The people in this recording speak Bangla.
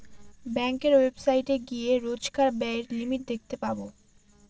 ব্যাঙ্কের ওয়েবসাইটে গিয়ে রোজকার ব্যায়ের লিমিট দেখতে পাবো